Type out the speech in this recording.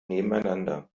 nebeneinander